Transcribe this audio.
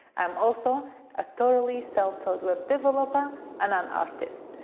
i'm also a totally self-taught web developer and an artist.